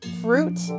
fruit